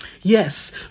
yes